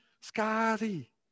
Scotty